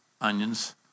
onions